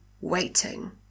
waiting